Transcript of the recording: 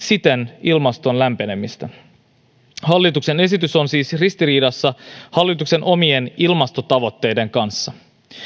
siten ilmaston lämpenemistä hallituksen esitys on siis ristiriidassa hallituksen omien ilmastotavoitteiden kanssa